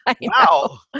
Wow